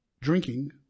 drinking